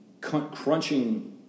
crunching